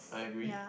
I agree